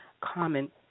common